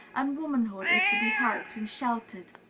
and womanhood is to be helped and sheltered.